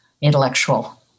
intellectual